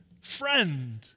Friend